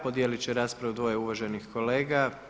Podijelit će raspravu dvoje uvaženih kolega.